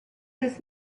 this